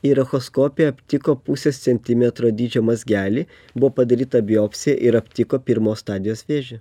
ir echoskopija aptiko pusės centimetro dydžio mazgelį buvo padaryta biopsija ir aptiko pirmos stadijos vėžį